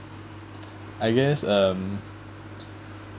I guess um